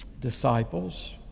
disciples